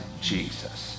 Jesus